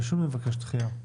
ושוב תתבקש דחייה.